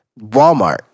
Walmart